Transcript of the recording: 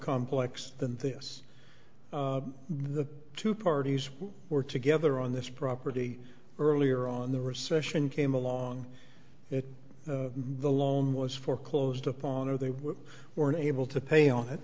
complex than this the two parties were together on this property earlier on the recession came along and the loan was foreclosed upon or they were were able to pay on it